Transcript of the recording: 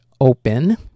Open